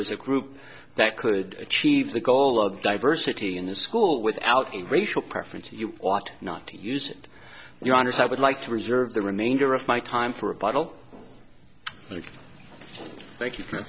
was a group that could achieve the goal of diversity in the school without a racial preference you ought not to use your honors i would like to reserve the remainder of my time for a vital thank you for